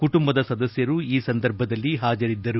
ಕುಟುಂಬದ ಸದಸ್ಯರು ಈ ಸಂದರ್ಭದಲ್ಲಿ ಹಾಜರಿದ್ದರು